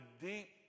deep